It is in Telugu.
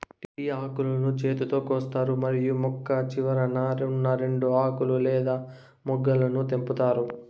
టీ ఆకులను చేతితో కోస్తారు మరియు మొక్క చివరన ఉన్నా రెండు ఆకులు లేదా మొగ్గలను తుంచుతారు